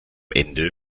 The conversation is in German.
ende